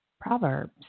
Proverbs